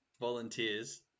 volunteers